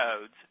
codes